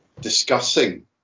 discussing